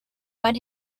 when